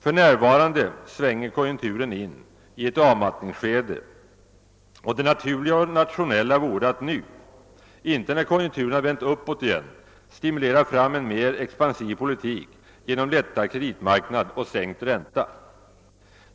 För närvarande svänger konjunkturen in i ett avmattningsskede och det naturliga och rationella vore att nu, icke när konjunkturen vänt uppåt igen, stimulera fram en mera expansiv politik genom lättad kreditmarknad och sänkt ränta.